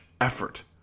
effort